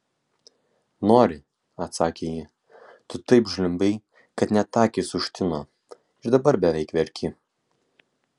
nori atsakė ji tu taip žliumbei kad net akys užtino ir dabar beveik verki